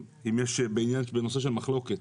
בנושא של מחלוקת,